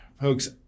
Folks